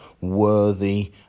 worthy